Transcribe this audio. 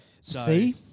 See